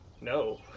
no